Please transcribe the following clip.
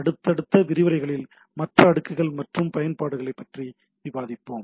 அடுத்தடுத்த விரிவுரைகளில் மற்ற அடுக்குகள் மற்றும் பயன்பாடுகளைப் பற்றி விவாதிப்போம்